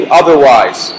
otherwise।